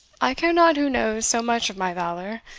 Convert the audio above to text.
i care not who knows so much of my valour.